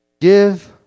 Give